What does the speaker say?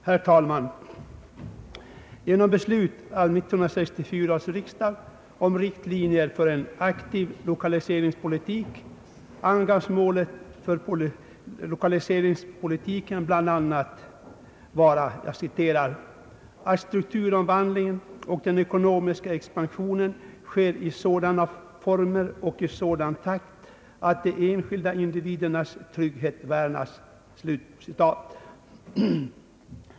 Herr talman! Genom beslut av 1964 års riksdag om riktlinjer för en aktiv lokaliseringspolitik angavs målet för lokaliseringspolitiken bland annat vara »att strukturomvandlingen och den ekonomiska expansionen sker i sådana former och i sådan takt att de enskilda individernas trygghet värnas».